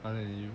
other than you